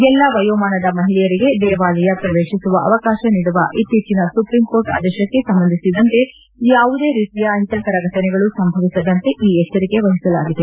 ಎಲ್ಲಾ ವಯೋಮಾನದ ಮಹಿಳೆಯರಿಗೆ ದೇವಾಲಯ ಪ್ರವೇಶಿಸುವ ಅವಕಾಶ ನೀಡುವ ಇತ್ತೀಚಿನ ಸುಪ್ರೀಂಕೋರ್ಟ್ ಆದೇಶಕ್ಷೆ ಸಂಬಂಧಿಸಿದಂತೆ ಯಾವುದೇ ರೀತಿಯ ಅಹಿತಕರ ಫಟನೆಗಳು ಸಂಭವಿಸದಂತೆ ಈ ಎಚ್ಚರಿಕೆ ವಹಿಸಲಾಗಿದೆ